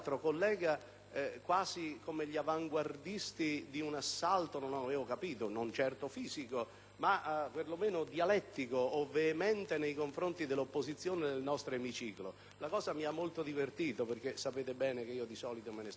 quasi come gli avanguardisti di un assalto non certo fisico, ma perlomeno dialettico o veemente, nei confronti dell'opposizione del nostro emiciclo. La cosa mi ha molto divertito perché, sapete bene, di solito me ne sto al mio